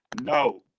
No